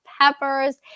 peppers